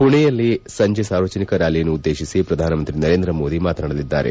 ಮಣೆಯಲ್ಲಿ ಸಂಜೆ ಸಾರ್ವಜನಿಕ ರ್ಕಾಲಿಯನ್ನುದ್ದೇಶಿಸಿ ಪ್ರಧಾನಮಂತ್ರಿ ನರೇಂದ್ರ ಮೋದಿ ಮಾತನಾಡಲಿದ್ದಾರೆ